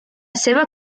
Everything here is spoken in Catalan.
seva